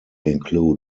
include